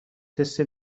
تست